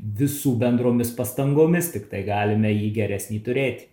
visų bendromis pastangomis tiktai galime jį geresnį turėti